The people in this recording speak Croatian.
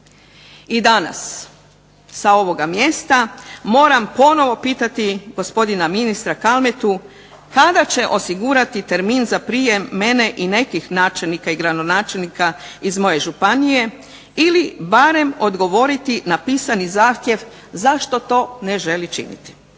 I danas sa ovoga mjesta moram ponovno pitati ministra Kalmetu kada će osigurati termin za prijem mene i nekih načelnika i gradonačelnika iz moje županije ili barem odgovoriti na pisani zahtjev zašto to ne želi činiti.